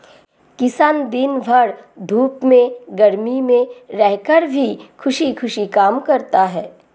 किसान दिन भर धूप में गर्मी में रहकर भी खुशी खुशी काम करता है